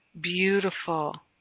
beautiful